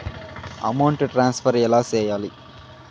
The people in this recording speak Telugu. అమౌంట్ ట్రాన్స్ఫర్ ఎలా సేయాలి